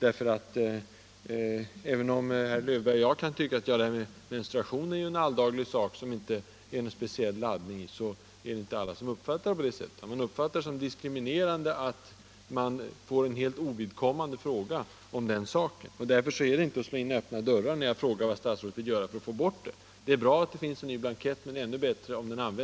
Även om herr Löfberg och jag kan tycka att menstruation är ett alldagligt begrepp och inte speciellt värdeladdat, är det inte alla som känner så. Man uppfattar det som diskriminerande att få en fråga om den saken. Därför slår jag inte in några öppna dörrar när jag frågar vad statsrådet vill göra för att åstadkomma en ändring.